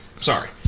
Sorry